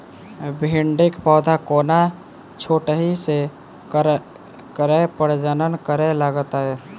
भिंडीक पौधा कोना छोटहि सँ फरय प्रजनन करै लागत?